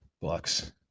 Bucks